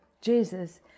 Jesus